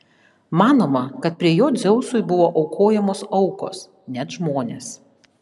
manoma kad prie jo dzeusui buvo aukojamos aukos net žmonės